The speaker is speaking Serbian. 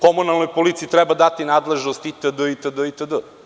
Komunalnoj policiji treba dati nadležnost itd.